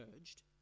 urged